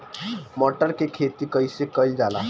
मटर के खेती कइसे कइल जाला?